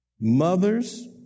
Mothers